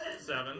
seven